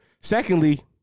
Secondly